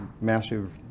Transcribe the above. massive